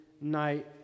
night